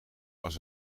als